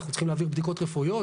אנחנו צריכים להעביר בדיקות רפואיות,